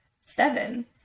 seven